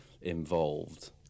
involved